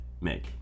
make